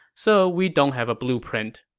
so we don't have a blueprint.